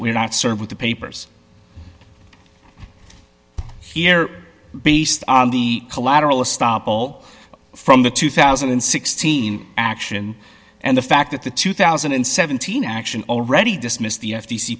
we're not served with the papers here based on the collateral estoppel from the two thousand and sixteen action and the fact that the two thousand and seventeen action already dismissed the f